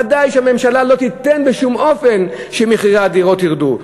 ודאי שהממשלה לא תיתן בשום אופן שמחירי הדירות ירדו.